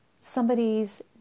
somebody's